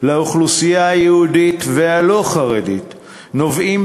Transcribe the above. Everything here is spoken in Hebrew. לאוכלוסייה היהודית והלא-חרדית נובעים,